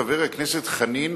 חבר הכנסת חנין,